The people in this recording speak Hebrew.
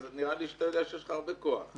נראה לי שאתה יודע שיש לך הרבה כוח.